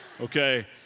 Okay